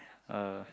oh